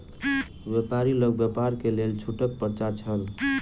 व्यापारी लग व्यापार के लेल छूटक पर्चा छल